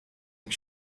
jak